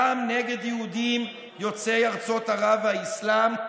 גם נגד יהודים יוצאי ארצות ערב והאסלאם,